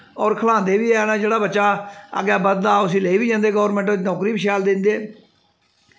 होर खलांदे बी हैन जेह्ड़ा बच्चा अग्गें बधदा उस्सी लेई बी जंदे गौरमैंट नौकरी बी शैल दिंदी